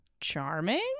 charming